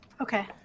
Okay